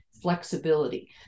flexibility